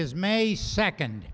is may second